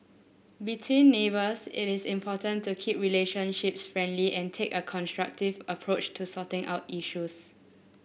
between neighbours it is important to keep relationships friendly and take a constructive approach to sorting out issues